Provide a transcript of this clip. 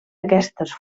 aquestes